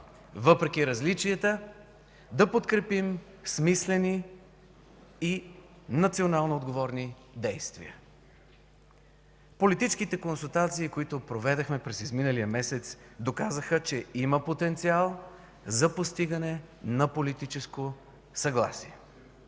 въпреки различията да подкрепим смислени и националноотговорни действия. Политическите консултации, които проведохме през изминалия месец, доказаха, че има потенциал за постигане на политическо съгласие.